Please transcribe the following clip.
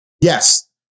Yes